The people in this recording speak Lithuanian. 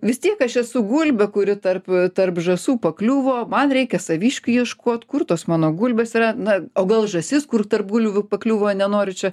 vis tiek aš esu gulbė kuri tarp tarp žąsų pakliuvo man reikia saviškių ieškuot kur tos mano gulbės yra na o gal žąsis kur tarp bulvių pakliuvo nenoriu čia